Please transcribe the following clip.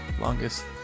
longest